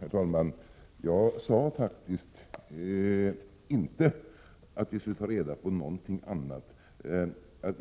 Herr talman!